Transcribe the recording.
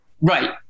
Right